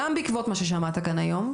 גם בעקבות מה ששמעת כאן בדיון היום,